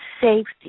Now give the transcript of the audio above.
safety